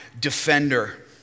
defender